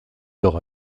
tort